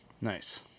Nice